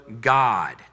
God